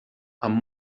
amb